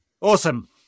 Awesome